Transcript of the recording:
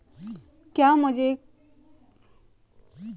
क्या कोई मुझे खाता खोलने के लिए फॉर्म भरने में मदद कर सकता है?